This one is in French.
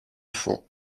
fond